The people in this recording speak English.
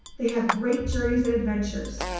they have great journeys and adventures,